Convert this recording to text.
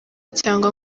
cyangwa